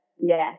yes